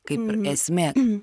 kaip ir esmė